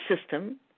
system